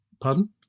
pardon